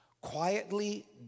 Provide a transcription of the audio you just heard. Quietly